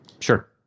Sure